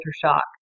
shock